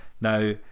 Now